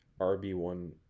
rb1